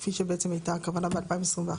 כפי שבעצם הייתה הכוונה ב-2021.